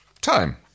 Time